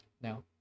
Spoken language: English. now